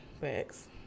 Facts